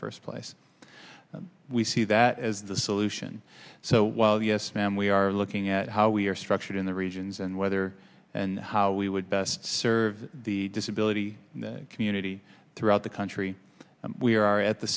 first place and we see that as the solution so while yes ma'am we are looking at how we are structured in the regions and whether and how we would best serve the disability community throughout the country we are at the